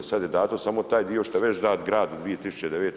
Sad je dato samo taj dio što je već dat gradu 2009.